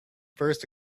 first